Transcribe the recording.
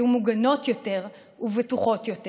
יהיו מוגנות יותר ובטוחות יותר.